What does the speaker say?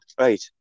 Right